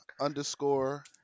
underscore